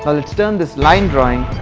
ah let's turn this line-drawing